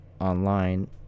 online